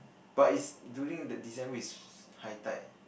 but is during the December is high tide